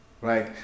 Right